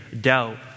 doubt